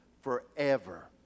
forever